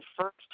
first